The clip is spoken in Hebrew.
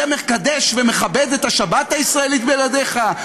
זה מקדש ומכבד את השבת הישראלית בעיניך?